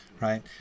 right